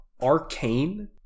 Arcane